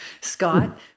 Scott